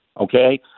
okay